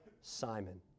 simon